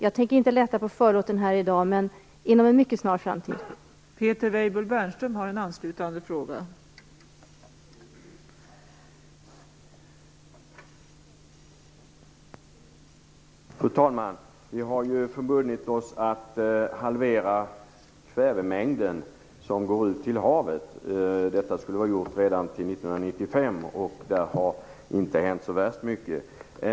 Jag tänker inte lätta på förlåten här i dag, men inom en mycket snar framtid kommer jag att göra det.